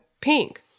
pink